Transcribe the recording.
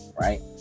right